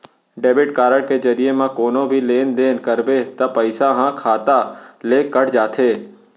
debit card के जरिये म कोनो भी लेन देन करबे त पइसा ह खाता ले कट जाथे